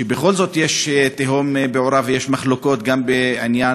בכל זאת יש תהום פעורה ויש מחלוקות גם בעניין